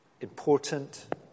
important